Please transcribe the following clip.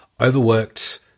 overworked